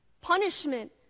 punishment